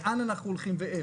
לאן אנחנו הולכים ואיך.